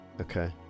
Okay